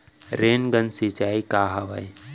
Rain gun सिंचाई का हवय?